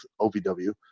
OVW